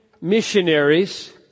missionaries